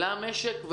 למשק,